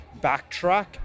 backtrack